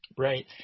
Right